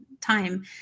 time